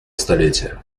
столетия